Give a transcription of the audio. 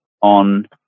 on